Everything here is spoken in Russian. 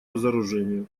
разоружению